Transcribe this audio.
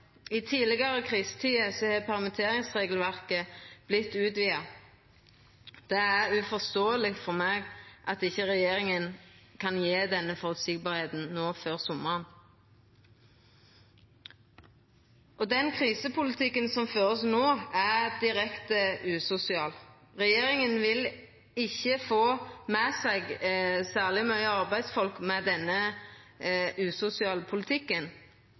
I tidlegare krisetider har permitteringsregelverket vorte utvida. Det er uforståeleg for meg at ikkje regjeringa kan gjera dette meir føreseieleg før sommaren. Den krisepolitikken som vert ført no, er direkte usosial. Regjeringa vil ikkje få med seg særleg mange arbeidsfolk med denne usosiale politikken.